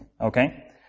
okay